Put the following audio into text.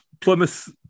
Plymouth